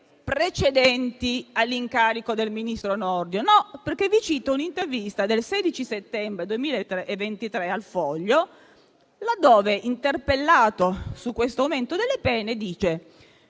precedenti all'incarico del ministro Nordio. Vi cito un'intervista del 16 settembre 2023 a "Il Foglio", laddove, interpellato sull'aumento delle pene, dice: